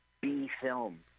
B-film